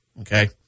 okay